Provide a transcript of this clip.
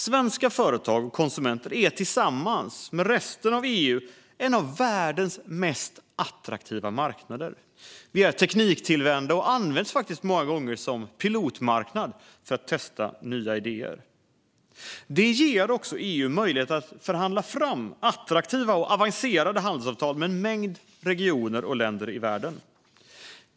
Svenska företag och konsumenter är tillsammans med resten av EU en av världens mest attraktiva marknader. Vi är tekniktillvända, och Sverige används faktiskt många gånger som pilotmarknad för att testa nya idéer. Det ger också EU möjlighet att förhandla fram attraktiva och avancerade handelsavtal med en mängd länder och regioner i världen.